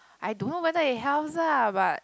I don't know whether it helps ah but